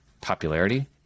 popularity